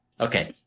Okay